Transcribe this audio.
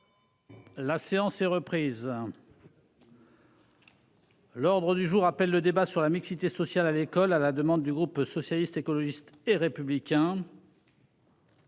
La séance est reprise. L'ordre du jour appelle le débat sur la mixité sociale à l'école, à la demande du groupe socialiste, écologiste et républicain.